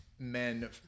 Men